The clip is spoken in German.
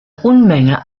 unmenge